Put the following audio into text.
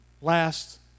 last